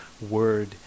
word